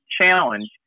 challenge